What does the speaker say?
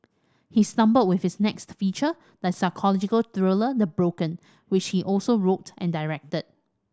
he stumbled with his next feature the psychological thriller The Broken which he also wrote and directed